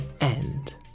end